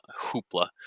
hoopla